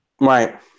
Right